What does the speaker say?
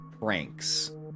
pranks